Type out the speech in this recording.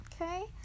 okay